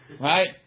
Right